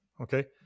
okay